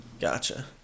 Gotcha